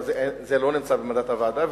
זה לא נמצא במנדט של הוועדה,